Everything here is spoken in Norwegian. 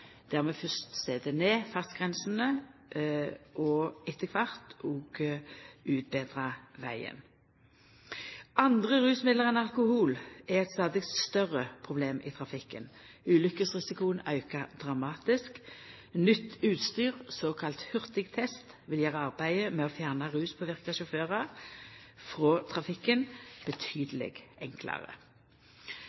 der vi fyrst set ned fartsgrensene og etter kvart òg utbetrar vegen. Andre rusmiddel enn alkohol er eit stadig større problem i trafikken. Ulukkesrisikoen aukar dramatisk. Nytt utstyr, såkalla hurtigtest, vil gjera arbeidet med å fjerna ruspåverka sjåførar frå trafikken